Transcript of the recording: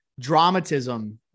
dramatism